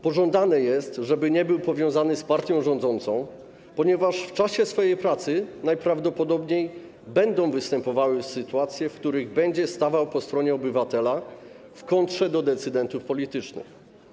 Pożądane jest, żeby nie był powiązany z partią rządzącą, ponieważ w czasie jego pracy najprawdopodobniej będą występowały sytuacje, w których będzie stawał po stronie obywatela w kontrze do decydentów politycznych.